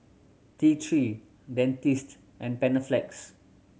T Three Dentiste and Panaflex